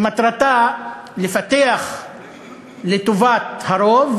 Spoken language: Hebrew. שמטרתה לפתח לטובת הרוב